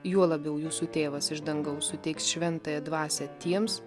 juo labiau jūsų tėvas iš dangaus suteiks šventąją dvasią tiems